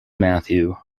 matthew